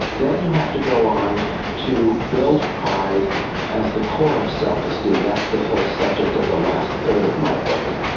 then you have to go on to build pride as the core of self-esteem, that's the whole subject of the last third of my book.